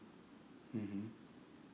mmhmm